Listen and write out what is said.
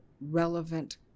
relevant